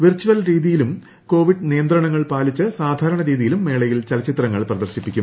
virtual രീതിയിലും Covid നിയന്ത്രണങ്ങൾ പാലിച്ച് സാധാരണ രീതിയിലും മേളയിൽ ചലച്ചിത്രങ്ങൾ പ്രദർശിപ്പിക്കും